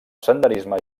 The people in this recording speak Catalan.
senderisme